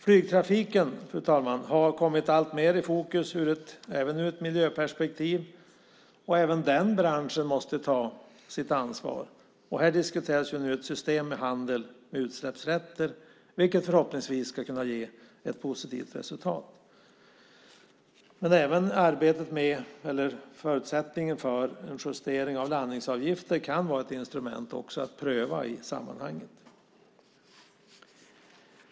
Flygtrafiken, fru talman, har kommit alltmer i fokus, även ur ett miljöperspektiv. Även denna bransch måste ta sitt ansvar. Här diskuteras ett system med handel med utsläppsrätter, vilket förhoppningsvis ska ge ett positivt resultat. Även förutsättningen för en justering av landningsavgifter kan vara ett instrument att pröva i sammanhanget.